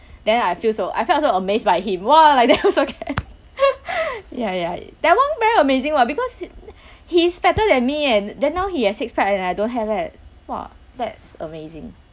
then I feel so I felt so amazed by him !wah! like that also can ya ya that one very amazing [one] because he's fatter than me and then now he has six pack and I don't have that !wah! that's amazing